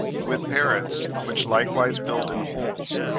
with parrots, which likewise build in holes,